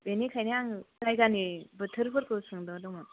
बेनिखायनो आं जायगानि बोथोरफोरखौ सोंदावदोंमोन